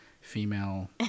female